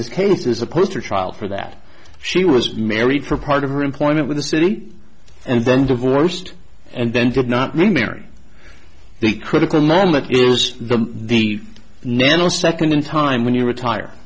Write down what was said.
this case is a poster child for that she was married for part of her employment with the city and then divorced and then did not remarry the critical moment is the the nanosecond in time when you retire